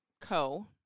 Co